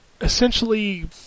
Essentially